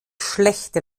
schlechte